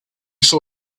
saw